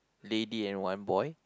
lady and one boy